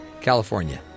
California